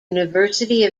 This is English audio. university